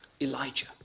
Elijah